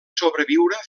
sobreviure